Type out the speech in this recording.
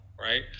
right